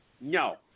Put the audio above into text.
No